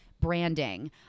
branding